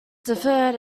deferred